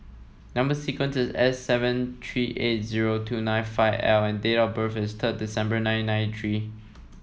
number sequence is S seven three eight zero two nine five L and date of birth is thrid December nineteen ninety three